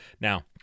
Now